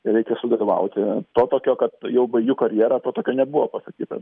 reikia sudalyvauti to tokio kad jau baigiu karjerą to tokio nebuvo pasakyta